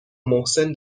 محسن